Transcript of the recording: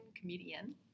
comedian